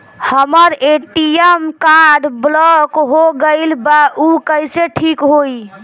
हमर ATM card block हो गईल बा ऊ कईसे ठिक होई?